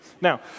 Now